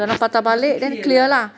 mesti clear lah